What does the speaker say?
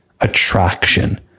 Attraction